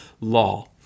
law